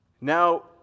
Now